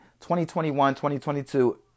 2021-2022